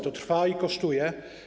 To trwa i kosztuje.